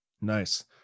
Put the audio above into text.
Nice